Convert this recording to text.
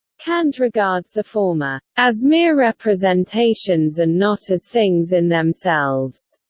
kant regards the former as mere representations and not as things in themselves,